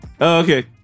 Okay